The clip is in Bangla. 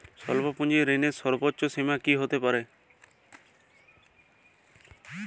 স্বল্প পুঁজির ঋণের ক্ষেত্রে সর্ব্বোচ্চ সীমা কী হতে পারে?